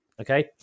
okay